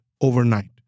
overnight